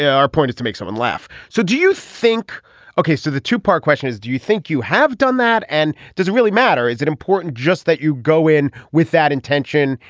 yeah our point is to make someone laugh. so do you think ok do so the two part question is do you think you have done that and does it really matter. is it important just that you go in with that intention.